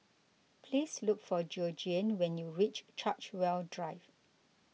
please look for Georgiann when you reach Chartwell Drive